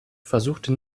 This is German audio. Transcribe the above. versuchte